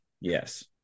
Yes